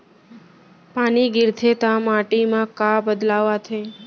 पानी गिरथे ता माटी मा का बदलाव आथे?